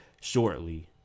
shortly